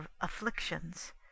afflictions